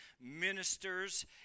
ministers